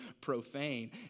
profane